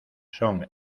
son